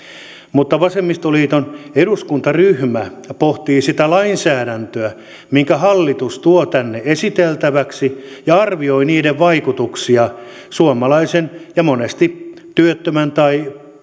mutta vasemmistoliiton eduskuntaryhmä pohtii sitä lainsäädäntöä minkä hallitus tuo tänne esiteltäväksi ja arvioi sen vaikutuksia suomalaisen ja monesti työttömän tai